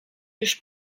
już